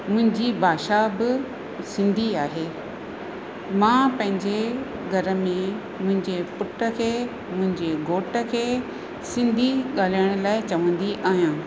मुंहिंजी भाषा बि सिंधी आहे मां पंहिंजे घर में मुंहिंजे पुट खे मुंहिंजे घोट खे सिंधी ॻाल्हाइण लाइ चवंदी आहियां